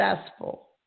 successful